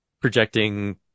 projecting